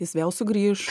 jis vėl sugrįš